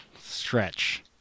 stretch